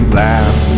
laugh